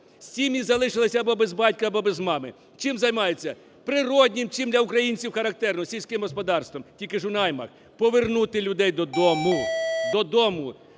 сім'ї залишилися або без батька, або без мами. Чим займаються? Природним, що для українців характерно, - сільським господарством, тільки ж у наймах. Повернути людей додому,